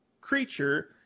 creature